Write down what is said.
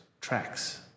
tracks